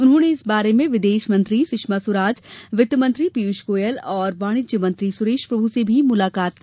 उन्होंने इस बारे में विदेश मंत्री सुषमा स्वराज वित्त मंत्री पीयूष गोयल और वाणिज्य मंत्री सुरेश प्रमु से भी मुलाकात की